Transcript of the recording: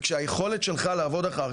וכשהיכולת שלך לעבוד אחר,